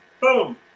Boom